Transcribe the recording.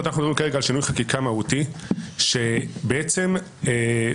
אנחנו בלשכת עורכי הדין ראינו הפחתה משמעותית של פניות